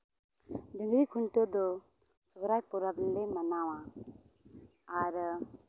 ᱰᱟᱹᱝᱨᱤ ᱠᱷᱩᱱᱴᱟᱹᱣ ᱫᱚ ᱥᱚᱦᱨᱟᱭ ᱯᱚᱨᱚᱵᱽ ᱨᱮᱞᱮ ᱢᱟᱱᱟᱣᱟ ᱟᱨ